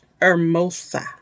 hermosa